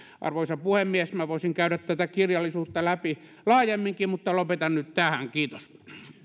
arvoisa puhemies minä voisin käydä tätä kirjallisuutta läpi laajemminkin mutta lopetan nyt tähän kiitos